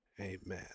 Amen